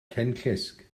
cenllysg